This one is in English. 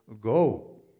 go